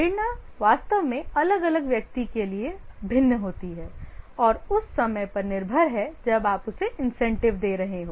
प्रेरणा वास्तव में अलग अलग व्यक्ति के लिए भिन्न होती है और और उस समय पर निर्भर है जब आप उसे इंसेंटिव दे रहे हो